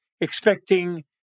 expecting